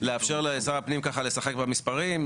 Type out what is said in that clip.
לאפשר לשר הפנים ככה לשחק במספרים,